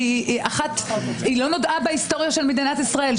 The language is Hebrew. שלא נודעה בהיסטוריה של מדינת ישראל.